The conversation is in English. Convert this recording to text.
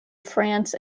france